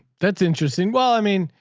that's interesting. well, i mean,